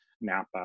Napa